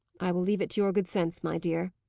i will leave it to your good sense, my dear,